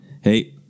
hey